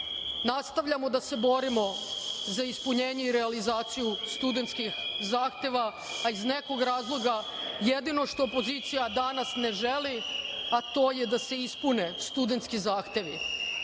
fakultete. Nastavljamo da se borimo za ispunjenje i realizaciju studentskih zahteva, a iz nekog razloga jedino što opozicija danas ne želi, to je da se ispune studentski zahtevi.